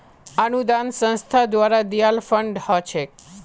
अनुदान संस्था द्वारे दियाल फण्ड ह छेक